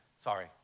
Sorry